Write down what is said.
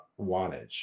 wattage